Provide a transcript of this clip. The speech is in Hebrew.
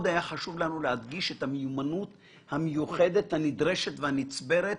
שבו מאוד היה חשוב לנו להדגיש את המיומנות המיוחדת הנדרשת והנצברת